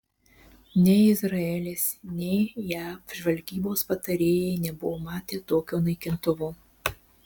nei izraelis nei jav žvalgybos patarėjai nebuvo matę tokio naikintuvo